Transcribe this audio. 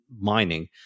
mining